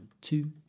two